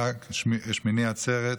חג שמיני עצרת,